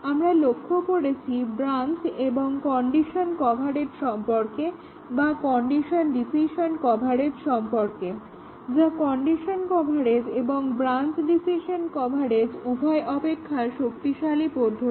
আমরা লক্ষ্য করেছি ব্রাঞ্চ এবং কন্ডিশন কভারেজ সম্পর্কে বা কন্ডিশন ডিসিশন কভারেজ সম্পর্কে যা কন্ডিশন কভারেজ এবং ব্রাঞ্চ ডিসিশন কভারেজ উভয় অপেক্ষা শক্তিশালী পদ্ধতি